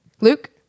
Luke